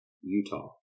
Utah